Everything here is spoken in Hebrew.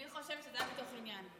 אני חושבת שזה היה מתוך עניין.